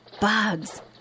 bugs